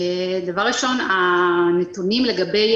דבר ראשון, הנתונים לגבי